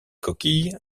coquilles